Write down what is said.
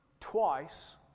Twice